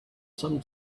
some